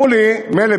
מילא,